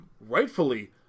rightfully